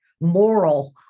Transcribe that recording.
moral